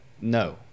No